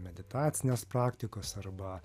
meditacinės praktikos arba